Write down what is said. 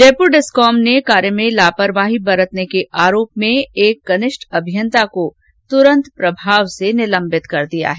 Jaipur discom ने कार्य में लापरवाही बरतने के आरोप में एक कनिष्ठ अभियंता को तुरंत प्रभाव से निलम्बित कर दिया है